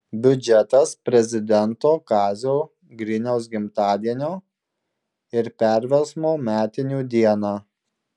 biudžetas prezidento kazio griniaus gimtadienio ir perversmo metinių dieną